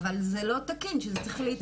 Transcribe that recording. אבל זה לא תקין שזה צריך להתנהל מתרומות.